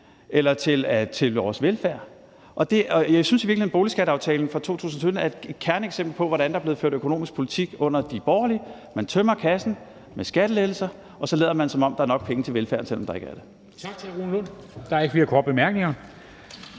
eller til vores velfærd. Jeg synes i virkeligheden boligskatteaftalen fra 2017 er et kerneeksempel på, hvordan der er blevet ført økonomisk politik under de borgerlige: Man tømmer kassen med skattelettelser, og så lader man, som om der er nok penge til velfærd, selv om der ikke er det.